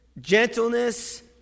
gentleness